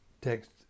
Text